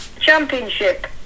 Championship